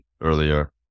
earlier